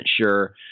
sure